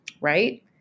right